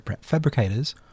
fabricators